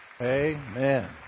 Amen